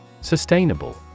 Sustainable